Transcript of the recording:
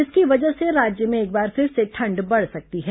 इसकी वजह से राज्य में एक बार फिर से ठंड बढ़ सकती है